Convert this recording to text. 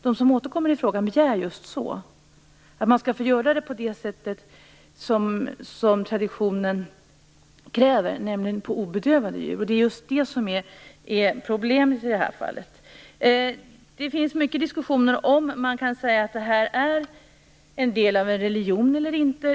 De som återkommer i frågan begär just att få göra det på det sätt som traditionen kräver, alltså på obedövade djur. Det är just det som är problemet i det här fallet. Det förs mycket diskussioner om man kan säga att det här är en del av religionen eller inte.